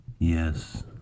yes